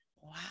wow